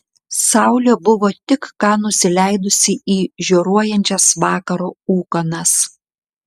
saulė buvo tik ką nusileidusi į žioruojančias vakaro ūkanas